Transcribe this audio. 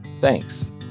Thanks